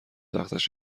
وقتش